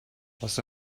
واسه